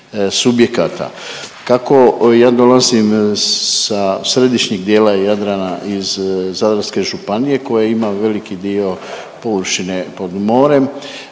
subjekata. Kako ja dolazim sa središnjeg dijela Jadrana iz Zadarske županije koja ima veliki dio površine pod morem,